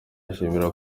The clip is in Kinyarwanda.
ashimirwa